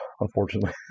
unfortunately